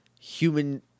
human